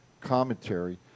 commentary